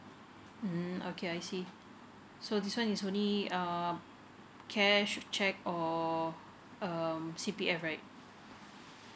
mm okay I see so this one is only um cash cheque or um C_P_F right